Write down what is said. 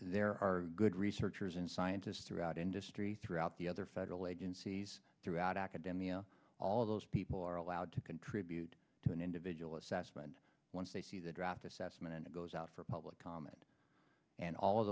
there are good researchers and scientists throughout industry throughout the other federal agencies throughout akademi and all those people are allowed to contribute to an individual assessment once they see the draft assessment and it goes out for public comment and all of